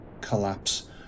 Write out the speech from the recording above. collapse